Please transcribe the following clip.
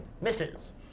Misses